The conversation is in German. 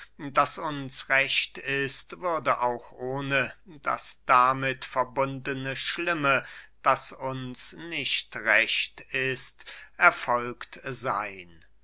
das uns recht ist würde auch ohne das damit verbundene schlimme das uns nicht recht ist erfolgt seyn